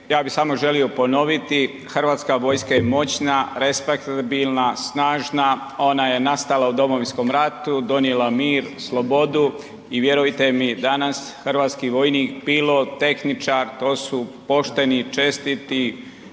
ja bih samo želio ponoviti, Hrvatska vojska je moćna, respektabilna, snažna, ona je nastala u Domovinskom ratu, donijela mir, slobodu i vjerujte mi danas hrvatski vojnik, pilot, tehničar to su pošteni, čestiti